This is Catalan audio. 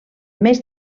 més